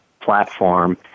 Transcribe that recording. platform